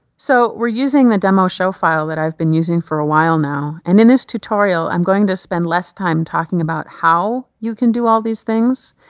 so we're using the demo show file that i've been using for a while now. and in this tutorial i'm going to spend less time talking about how you can do all these things,